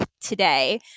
today